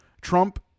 Trump